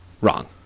wrong